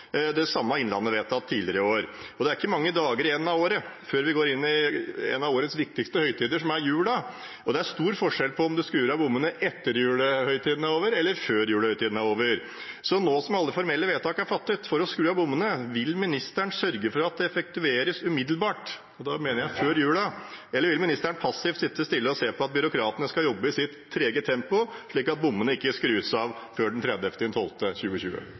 Det samme har Innlandet vedtatt tidligere i år. Det er ikke mange dager igjen av året før vi går inn i en av årets viktigste høytider, som er julen. Det er stor forskjell på om en skrur av bommene etter julehøytiden eller før julehøytiden. Nå som alle formelle vedtak er fattet for å skru av bommene: Vil ministeren sørge for at det effektueres umiddelbart, da mener jeg før jul, eller vil ministeren passivt sitte stille og se på at byråkratene skal jobbe i sitt trege tempo, slik at bommene ikke skrus av før den 30. desember 2020? Eg høyrer den